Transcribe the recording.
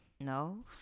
No